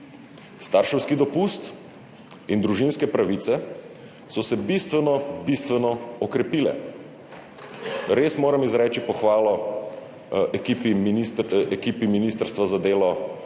Starševski dopust in družinske pravice so se bistveno, bistveno okrepile. Res moram izreči pohvalo ekipi ministrstva za delo,